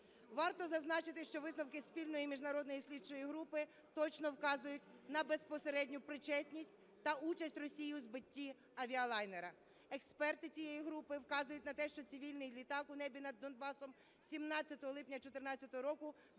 Варто зазначити, що висновки спільної міжнародної слідчої групи точно вказують на безпосередню причетність та участь Росії у збитті авіалайнера. Експерти цієї групи вказують на те, що цивільний літак у небі над Донбасом 17 липня 14-го року